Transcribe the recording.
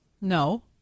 No